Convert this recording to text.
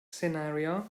scenario